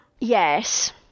Yes